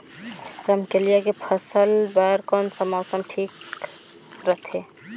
रमकेलिया के फसल बार कोन सा मौसम हवे ठीक रथे?